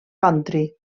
country